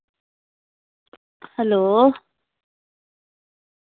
hello